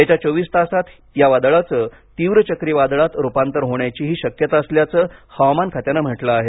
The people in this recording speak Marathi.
येत्या चोवीस तासांत या वादळाचे तीव्र चक्रीवादळात रुपांतर होण्याचीही शक्यता असल्याचं हवामान खात्यानं म्हटलं आहे